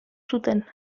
zuten